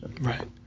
Right